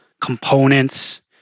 components